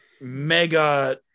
mega